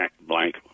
blank